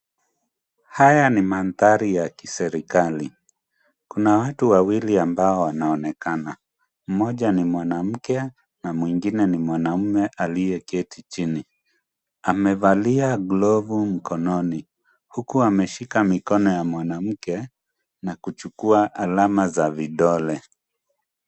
Haya ni mandhari ya kiserikali, kuna watu wawili ambao wanaonekana. Mmoja ni mwanamke na mwingine ni mwanaume aliyeketi chini. Amevalia glovu mkononi, huku ameshika mikono ya mwanamke na kuchukua alama za vidole.